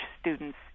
students